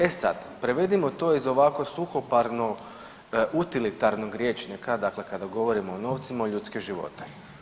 E sad, prevedimo to iz ovako suhoparno utilitarnog rječnika, dakle kada govorimo o novcima u ljudske živote.